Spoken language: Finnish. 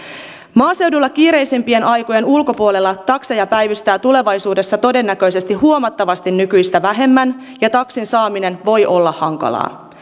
maaseudulla kiireisimpien aikojen ulkopuolella takseja päivystää tulevaisuudessa todennäköisesti huomattavasti nykyistä vähemmän ja taksin saaminen voi olla hankalaa